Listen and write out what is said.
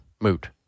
Moot